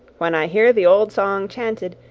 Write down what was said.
when i hear the old song chanted,